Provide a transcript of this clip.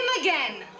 again